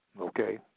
Okay